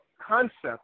concept –